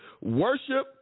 Worship